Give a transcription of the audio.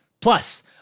Plus